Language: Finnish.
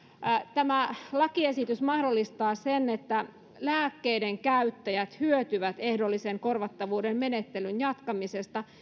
tämä lakiesitys mahdollistaa sen että lääkkeiden käyttäjät hyötyvät ehdollisen korvattavuuden menettelyn jatkamisesta